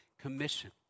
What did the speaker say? commission